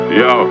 yo